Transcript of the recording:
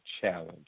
challenge